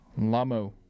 Lamo